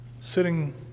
sitting